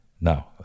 no